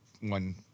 one